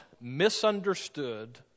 misunderstood